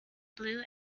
blue